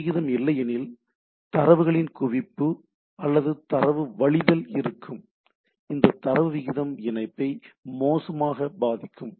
தரவு விகிதம் இல்லையெனில் தரவுகளின் குவிப்பு அல்லது தரவு வழிதல் இருக்கும் இந்த தரவு விகிதம் இணைப்பை மோசமாக பாதிக்கும்